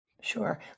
Sure